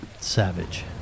Savage